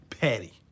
Patty